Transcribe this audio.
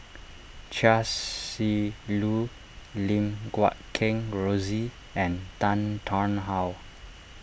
Chia Shi Lu Lim Guat Kheng Rosie and Tan Tarn How